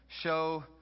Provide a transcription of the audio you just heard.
show